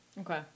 Okay